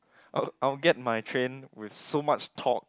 oh I'll get my train with so much thought